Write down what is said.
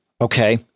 okay